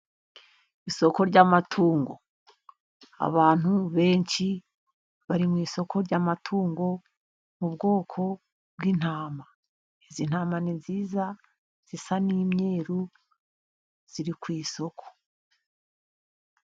Isoko ry'amatungo abantu benshi bari mu isoko ry'amatungo mu bwoko bw'intama, izi ntama ni nziza zisa n'imyeru ziri ku isoko.